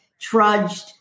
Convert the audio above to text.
trudged